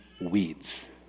weeds